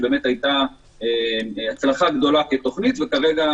שהייתה הצלחה גדולה כתוכנית וכרגע,